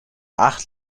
acht